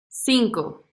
cinco